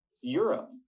Europe